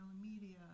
media